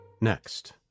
Next